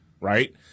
right